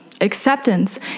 Acceptance